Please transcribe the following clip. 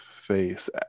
face